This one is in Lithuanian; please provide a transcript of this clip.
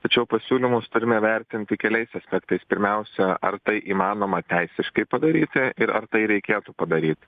tačiau pasiūlymus turime vertinti keliais aspektais pirmiausia ar tai įmanoma teisiškai padaryti ir ar tai reikėtų padaryt